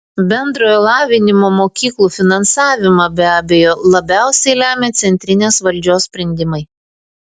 bendrojo lavinimo mokyklų finansavimą be abejo labiausiai lemia centrinės valdžios sprendimai